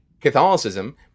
Catholicism